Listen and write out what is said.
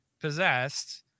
possessed